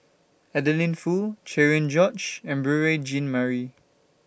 Adeline Foo Cherian George and Beurel Jean Marie